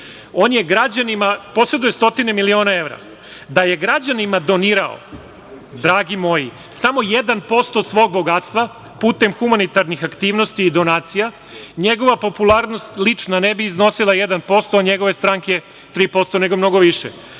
tri godine. On poseduje stotine miliona evra. Da je građanima donirao, dragi moji, samo 1% svog bogatstva putem humanitarnih aktivnosti i donacija njegova popularnost, lična, ne bi iznosila 1%, a njegove stranke 3%, nego mnogo